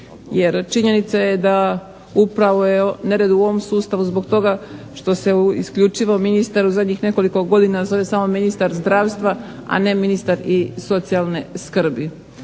jer činjenica je da upravo je nered u ovom sustavu zbog toga što se isključivo ministar u zadnjih nekoliko godina zove samo ministar zdravstva, a ne ministar i socijalne skrbi.